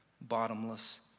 bottomless